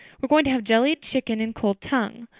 we're going to have jellied chicken and cold tongue.